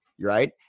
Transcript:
Right